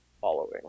following